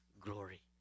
glory